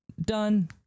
done